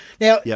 now